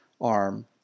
arm